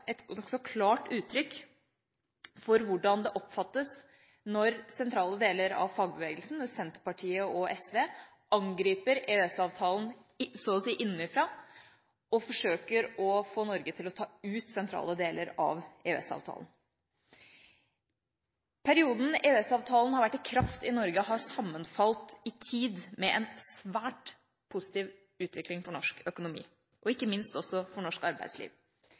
et nokså klart uttrykk for hvordan det oppfattes når sentrale deler av fagbevegelsen, Senterpartiet og SV angriper EØS-avtalen så å si innenfra og forsøker å få Norge til å ta ut sentrale deler av avtalen. Perioden EØS-avtalen har vært i kraft i Norge, har sammenfalt i tid med en svært positiv utvikling for norsk økonomi, og ikke minst også for norsk arbeidsliv.